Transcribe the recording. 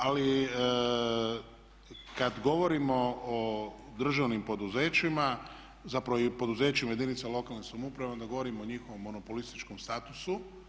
Ali kada govorimo o državnim poduzećima, zapravo i poduzećima jedinica lokalne samouprave onda govorimo o njihovom monopolističkom statusu.